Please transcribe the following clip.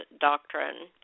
doctrine